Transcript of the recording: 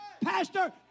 Pastor